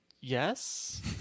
Yes